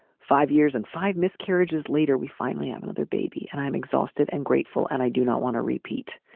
five years and five miscarriages later we finally have another baby and i'm exhausted and grateful and i do not want to repeat.